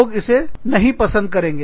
लोग इसे नहीं पसंद करेंगे